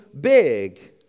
big